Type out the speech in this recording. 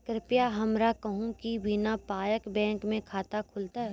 कृपया हमरा कहू कि बिना पायक बैंक मे खाता खुलतै?